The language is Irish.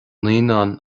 naíonán